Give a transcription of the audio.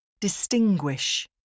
Distinguish